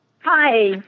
Hi